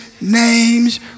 names